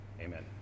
Amen